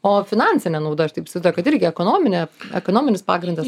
o finansinė nauda aš taip įsivaizduoju kad irgi ekonominė ekonominis pagrindas